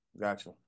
Gotcha